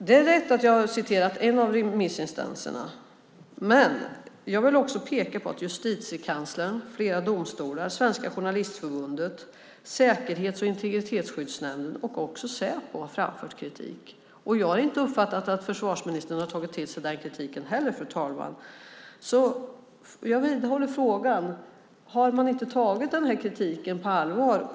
Det är rätt att jag hänvisar till en av remissinstanserna, men jag vill också peka på att Justitiekanslern, flera domstolar, Svenska Journalistförbundet, Säkerhets och integritetsskyddsnämnden och Säpo har framfört kritik. Jag har inte uppfattat att försvarsministern har tagit till sig den kritiken heller, fru talman. Jag vidhåller frågan. Har man inte tagit kritiken på allvar?